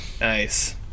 Nice